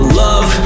love